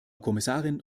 kommissarin